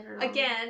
Again